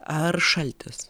ar šaltis